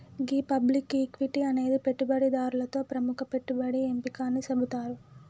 గీ public equity అనేది పెట్టుబడిదారులతో ప్రముఖ పెట్టుబడి ఎంపిక అని సెబుతారు